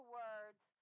words